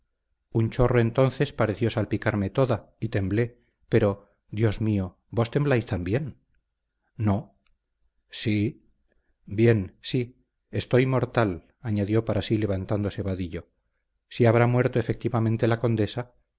un chorro entonces pareció salpicarme toda y temblé pero dios mío vos tembláis también no sí bien sí estoy mortal añadió para sí levantándose vadillo si habrá muerto efectivamente la condesa